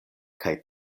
kaj